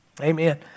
Amen